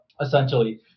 essentially